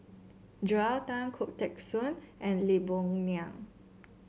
Joel Tan Khoo Teng Soon and Lee Boon Ngan